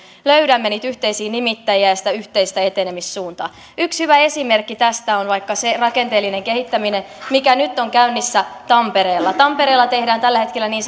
löydämme niitä yhteisiä nimittäjiä ja sitä yhteistä etenemissuuntaa yksi hyvä esimerkki tästä on vaikka se rakenteellinen kehittäminen mikä nyt on käynnissä tampereella tampereella tehdään tällä hetkellä niin